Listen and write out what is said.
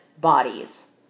bodies